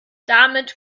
damit